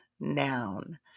Noun